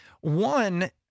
One